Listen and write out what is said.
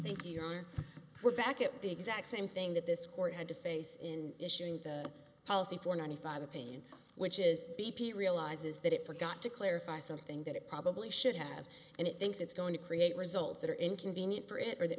thank you john we're back at the exact same thing that this court had to face in issuing the policy for ninety five opinion which is b p realizes that it forgot to clarify something that it probably should have and it thinks it's going to create results that are inconvenient for it or th